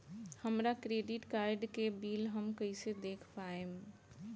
हमरा credit card के bill हम कइसे देख पाएम?